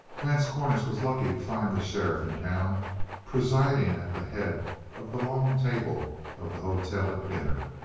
vance cornish was lucky to find the sheriff in town presiding at the head of the long table of the hotel at dinner.